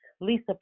Lisa